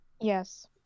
yes